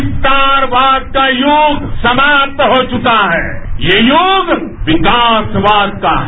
विस्तारवाद का यूग समाप्त हो चुका है ये यूग विकासवाद का है